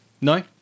No